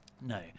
No